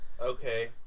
Okay